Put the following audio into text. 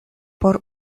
por